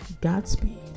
Godspeed